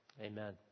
amen